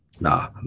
Nah